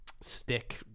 stick